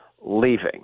leaving